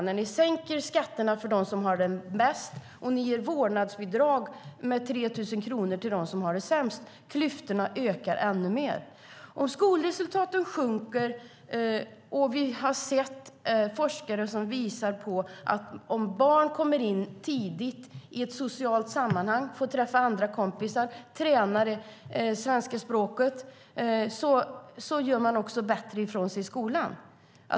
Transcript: Ni sänker skatterna för dem som har det bäst och ger vårdnadsbidrag på 3 000 kronor till dem som har det sämst. Klyftorna ökar ännu mer. Skolresultaten sjunker. Forskare visar på att barn som tidigt kommer in i ett socialt sammanhang, får träffa kompisar och tränar svenska språket gör bättre ifrån sig i skolan.